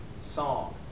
song